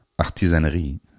artisanerie